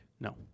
No